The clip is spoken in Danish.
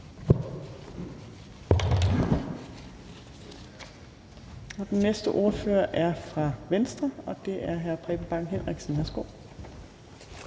Den næste ordfører er fra Venstre, og det er hr. Preben Bang Henriksen.